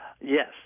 Yes